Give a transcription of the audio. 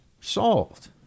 solved